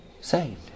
saved